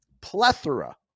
plethora